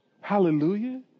Hallelujah